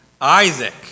Isaac